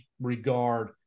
regard